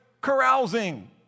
carousing